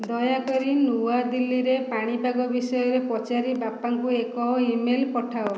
ଦୟାକରି ନୂଆଦିଲ୍ଲୀରେ ପାଣିପାଗ ବିଷୟରେ ପଚାରି ବାପାଙ୍କୁ ଏକ ଇ ମେଲ୍ ପଠାଅ